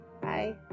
Bye